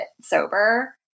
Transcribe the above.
sober